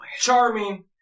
Charming